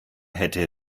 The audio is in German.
hätte